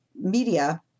media